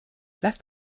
lasst